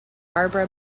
barbara